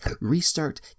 restart